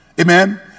Amen